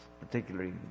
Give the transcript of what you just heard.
particularly